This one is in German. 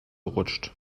rutscht